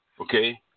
okay